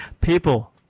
people